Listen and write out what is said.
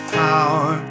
power